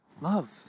Love